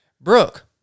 Brooke